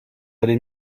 allez